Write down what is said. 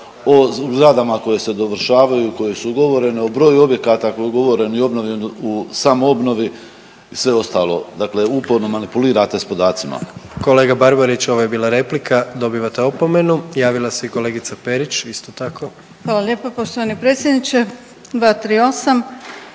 o zgradama koje se dovršavaju, koje su ugovorene, o broju objekata kod ugovoren i obnovljen u samoobnovi i sve ostalo. Dakle uporno manipulirate s podacima. **Jandroković, Gordan (HDZ)** Kolega Barbarić, ovo je bila replika. Dobivate opomenu. Javila se i kolegica Perić, isto tako. **Perić, Grozdana (HDZ)** Hvala lijepo poštovani predsjedniče.